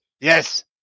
Yes